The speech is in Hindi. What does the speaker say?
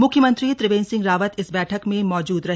मुख्यमंत्री त्रिवेंद्र सिंह रावत इस बैठक में मौजूद रहे